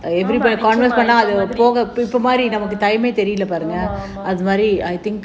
ஆமா:aamaa